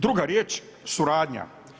Druga riječ, suradnja.